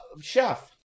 chef